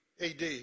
AD